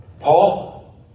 Paul